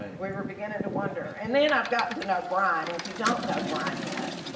we were beginning to wonder, and then i've gotten to know brian, and if you don't know brian yet,